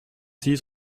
six